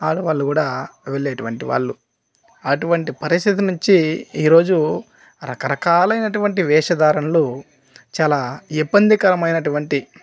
ఆడవాళ్ళు కూడా వెళ్ళేటటువంటి వాళ్ళు అటువంటి పరిస్థితి నుంచి ఈరోజు రకరకాలైనటువంటి వేషధారణలు చాలా ఇబ్బందికరమైనటువంటి